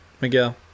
Miguel